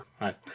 Right